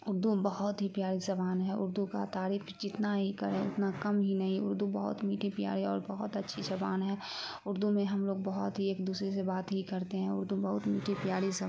اردو بہت ہی پیاری زبان ہے اردو کا تعریف جتنا ہی کریں اتنا کم ہی نہیں اردو بہت میٹھی پیاری اور بہت اچھی زبان ہے اردو میں ہم لوگ بہت ہی ایک دوسرے سے بات ہی کرتے ہیں اردو بہت میٹھی پیاری زب